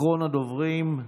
אחרון הדוברים,